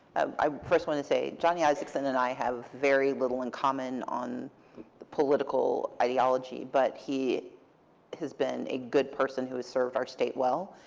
i first want to say johnny isakson and i have very little in common on the political ideology. but he has been a good person who has served our state well.